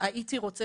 "הייתי רוצה